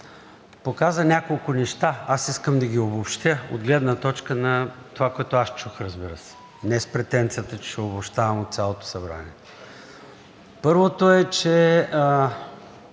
показа няколко неща. Аз искам да ги обобщя от гледна точка на това, което аз чух, разбира се, а не с претенцията, че ще обобщавам от името на цялото събрание. Първото е, че